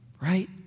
right